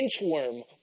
inchworm